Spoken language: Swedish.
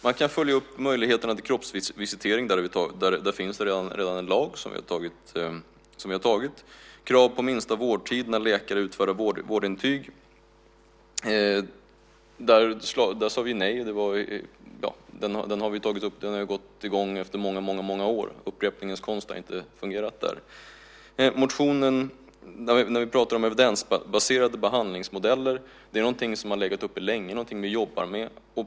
Man kan följa upp möjligheterna till kroppsvisitering, och där finns det redan en lag som vi har tagit. Det är krav på minsta vårdtid när läkare utfärdar vårdintyg, och där sade vi nej. Den frågan har gått i gång efter många år - upprepningens konst har inte fungerat där. När vi pratar om evidensbaserade behandlingsmodeller är det någonting som har legat framme länge och som vi jobbar med.